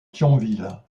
thionville